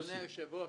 אדוני היושב-ראש,